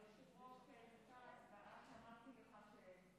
אני מתכבד לפתוח את מליאת הכנסת.